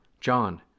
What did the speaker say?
John